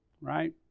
Right